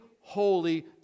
holy